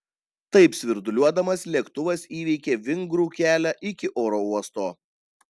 taip svirduliuodamas lėktuvas įveikė vingrų kelią iki oro uosto